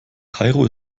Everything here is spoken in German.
kairo